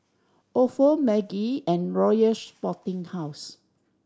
Ofo Maggi and Royal Sporting House